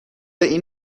این